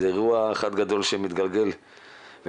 זה אירוע אחד גדול שמתגלגל ומתמשך,